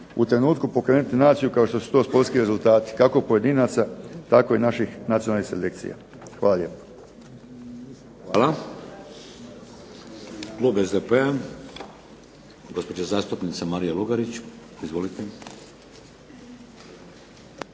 u trenutku pokrenuti naciju kao što su to sportski rezultati, kako pojedinaca tako i naših nacionalnih selekcija. Hvala lijepo.